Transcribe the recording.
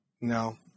No